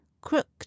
crooked